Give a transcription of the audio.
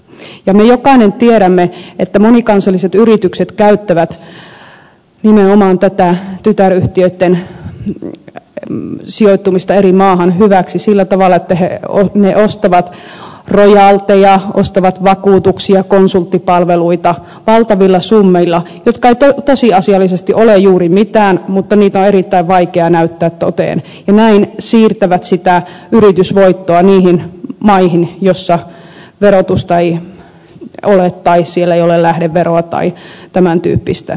ja me jokainen tiedämme että monikansalliset yritykset käyttävät hyväksi nimenomaan tätä tytäryhtiöitten sijoittumista eri maihin sillä tavalla että ne ostavat valtavilla summilla rojalteja ostavat vakuutuksia konsulttipalveluita jotka eivät tosiasiallisesti ole juuri mitään mutta sitä on erittäin vaikea näyttää toteen ja näin ne siirtävät sitä yritysvoittoa niihin maihin joissa verotusta ei ole tai ei ole lähdeveroa tai tämän tyyppistä